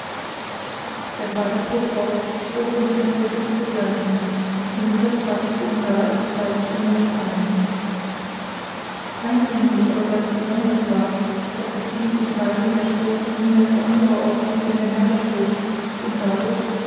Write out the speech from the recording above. der vater fuhr fort die strophe mit der flöte zu begleiten die mutter trat hie und da als zweite stimme mit ein eindringlich aber ganz besonders war daß das kind die zeilen der strophe nunmehr zu anderer ordnung durcheinander schob und dadurch